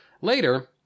Later